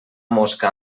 mosca